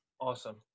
Awesome